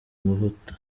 amavuta